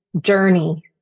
journey